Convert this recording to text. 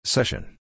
Session